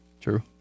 True